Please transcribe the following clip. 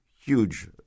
huge